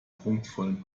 prunkvollen